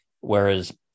Whereas